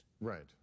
Right